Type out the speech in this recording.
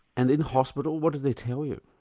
and in hospital what did they tell you?